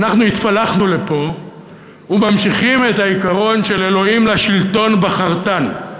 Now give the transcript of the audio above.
אנחנו התפלחנו לפה וממשיכים את העיקרון של אלוהים לשלטון בחרתנו.